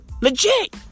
Legit